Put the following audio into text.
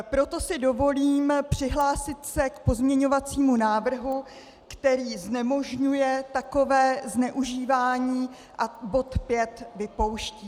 Proto si dovolím přihlásit se k pozměňovacímu návrhu, který znemožňuje takové zneužívání a bod 5 vypouští.